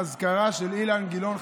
האזכרה של אילן גילאון,